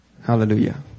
Hallelujah